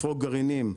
לפרוק גרעינים,